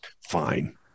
Fine